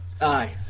Aye